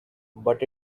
but